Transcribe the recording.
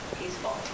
peaceful